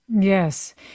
Yes